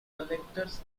collectors